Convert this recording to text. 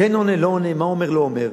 כן עונה, לא עונה, מה אומר, לא אומר,